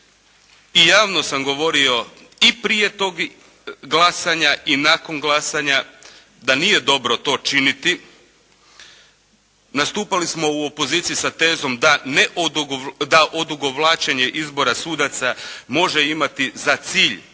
I javno sam govorio i prije tog glasanja i nakon glasanja da nije dobro to činiti. Nastupali smo u opoziciji sa tezom da odugovlačenje izbora sudaca može imati za cilj